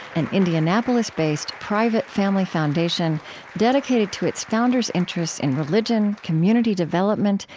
an indianapolis-based, private family foundation dedicated to its founders' interests in religion, community development,